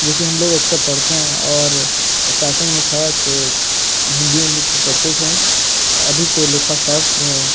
जो कि हम लोग अक्सर पढ़ते हैं और स्टारटिंग में था तो हिंदी विंदी पढ़ते थे अभी तो लेखाशास्त्र है